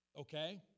okay